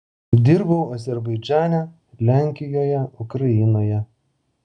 dirbau azerbaidžane lenkijoje ukrainoje